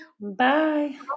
Bye